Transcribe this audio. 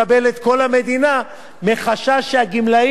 מחשש שהגמלאים, נצטרך לעדכן להם את הגמלה.